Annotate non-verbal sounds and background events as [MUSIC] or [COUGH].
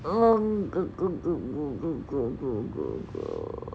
oo oo [NOISE]